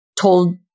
told